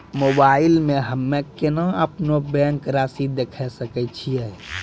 Mobile मे हम्मय केना अपनो बैंक रासि देखय सकय छियै?